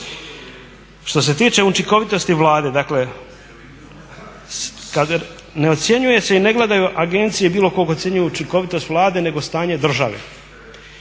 Što se tiče učinkovitosti Vlade, dakle ne ocjenjuje se i ne gledaju agencije bilo … ocjenjuju učinkovitost Vlade nego stanje države,